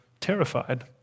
terrified